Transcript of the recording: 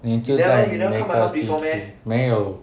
你住在那一个附近没有